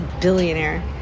billionaire